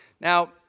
Now